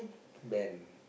bend